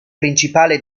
principale